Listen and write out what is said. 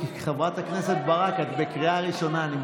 כריזמה, כריזמה.